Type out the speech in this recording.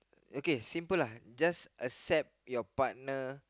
okay simple lah just accept your partner